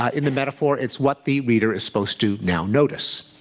ah in the metaphor, it's what the reader is supposed to now notice.